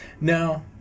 no